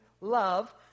love